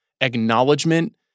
acknowledgement